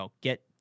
get